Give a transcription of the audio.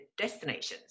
destinations